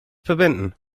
verwenden